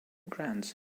grants